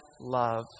love